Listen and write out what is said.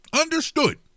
Understood